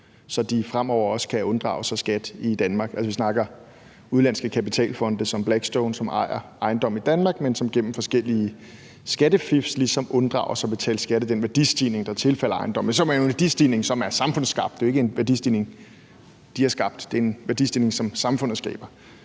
så de fremover også kan unddrage sig skat i Danmark? Altså, vi snakker udenlandske kapitalfonde som Blackstone, som ejer ejendom i Danmark, men som gennem forskellige skattefif ligesom unddrager sig at betale skat af den værdistigning, der tilfalder ejendomme, men som jo er en værdistigning, som er samfundsskabt; det er jo ikke en værdistigning, de har skabt – det er en værdistigning, som samfundet skaber.